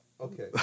Okay